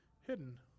hidden